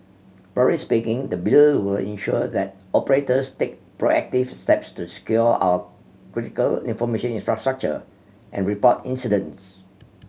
broadly speaking the Bill will ensure that operators take proactive steps to secure our critical information infrastructure and report incidents